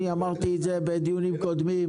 אני אמרתי את זה בדיונים קודמים.